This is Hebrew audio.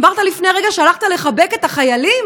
אמרת לפני רגע שהלכת לחבק את החיילים.